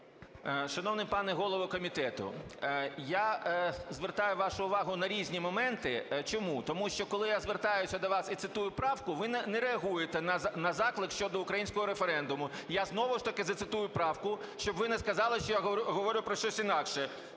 Шановний пане голово комітету, я звертаю вашу увагу на різні моменти. Чому? Тому що, коли я звертаюся до вас і цитую правку, ви не реагуєте на заклик щодо українського референдуму. Я знову ж таки зацитую правку, щоб ви не сказали, що я говорю про щось інакше.